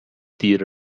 دیر